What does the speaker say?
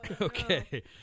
Okay